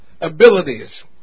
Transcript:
abilities